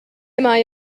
mae